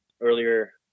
earlier